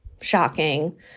shocking